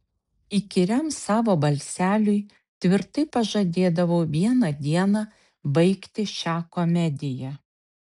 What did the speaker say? įkyriam savo balseliui tvirtai pažadėdavau vieną dieną baigti šią komediją